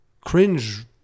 cringe